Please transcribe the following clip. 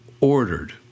ordered